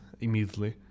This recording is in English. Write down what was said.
immediately